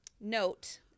note